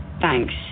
Thanks